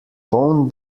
phone